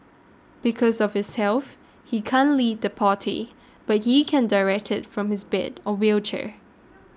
because of his health he can't lead the party but he can direct it from his bed or wheelchair